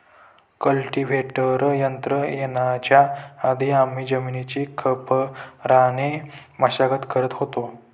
cultivator यंत्र येण्याच्या आधी आम्ही जमिनीची खापराने मशागत करत होतो